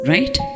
Right